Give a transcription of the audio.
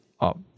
up